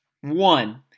One